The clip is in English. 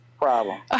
Problem